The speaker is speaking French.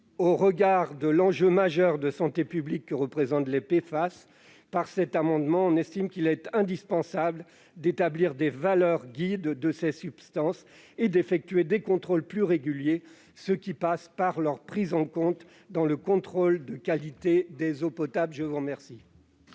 au regard de l'enjeu majeur de santé publique que représentent les PFAS, nous jugeons indispensable d'établir des valeurs guides de ces substances et d'effectuer des contrôles plus réguliers, ce qui passe par leur prise en compte dans le contrôle de qualité des eaux potables. La parole